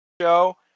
show